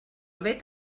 vet